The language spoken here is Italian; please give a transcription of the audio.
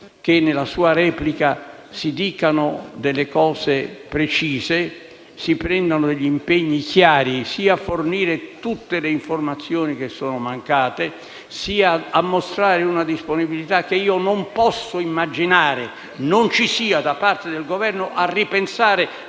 che nella sua replica si dicano cose precise, si assumano degli impegni chiari, sia nel senso di fornire tutte le informazioni che sono mancate, sia di mostrare una disponibilità, che io non posso immaginare non vi sia da parte del Governo, a ripensare